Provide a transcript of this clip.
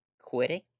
quitting